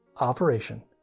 Operation